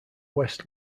west